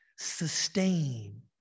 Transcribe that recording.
sustain